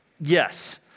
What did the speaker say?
yes